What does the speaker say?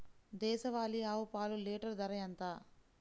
దేశవాలీ ఆవు పాలు లీటరు ధర ఎంత?